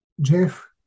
Jeff